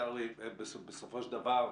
זה הרי בסופו של דבר,